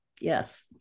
Yes